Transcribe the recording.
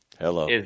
Hello